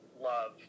love